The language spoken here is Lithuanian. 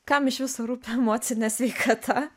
kam išvis rūpi emocinė sveikata